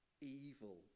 evil